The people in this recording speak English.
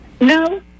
No